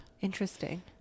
Interesting